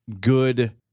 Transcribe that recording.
good